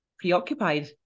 preoccupied